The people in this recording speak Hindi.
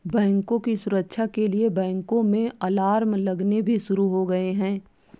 बैंकों की सुरक्षा के लिए बैंकों में अलार्म लगने भी शुरू हो गए हैं